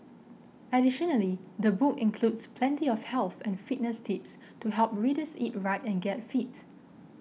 additionally the book includes plenty of health and fitness tips to help readers eat right and get fit